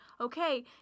okay